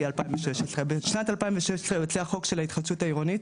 2016. בשנת 2016 יוצא החוק של ההתחדשות העירונית.